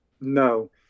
no